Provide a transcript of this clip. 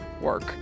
work